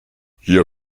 hier